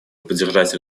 поддержать